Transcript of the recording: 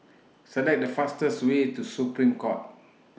Select The fastest Way to Supreme Court